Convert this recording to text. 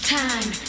time